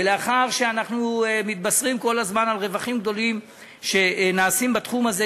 ולאחר שאנחנו מתבשרים כל הזמן על רווחים גדולים שנעשים בתחום הזה,